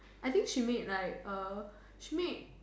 I think she made like err she made